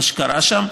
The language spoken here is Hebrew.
מה שקרה שם,